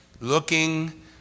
Looking